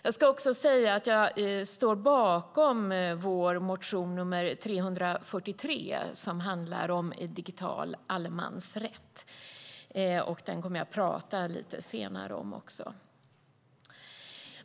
Jag ska också säga att jag står bakom vår motion nr 343, som handlar om digital allemansrätt. Den kommer jag också att tala om lite senare.